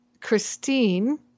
Christine